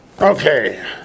Okay